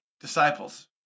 disciples